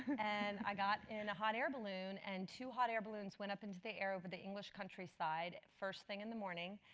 and i got in a hot air balloon and two hot air balloons went up into the air over the english countryside first thing in the morning.